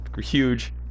Huge